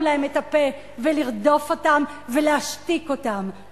להם את הפה ולרדוף אותם ולהשתיק אותם.